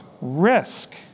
risk